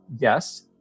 Yes